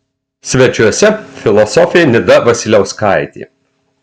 svečiuose filosofė nida vasiliauskaitė